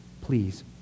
Please